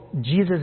Jesus